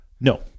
No